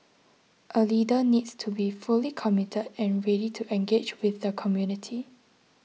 a leader needs to be fully committed and ready to engage with the community